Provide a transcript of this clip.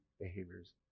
behaviors